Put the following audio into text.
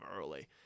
early